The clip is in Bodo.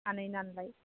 सानै नालाय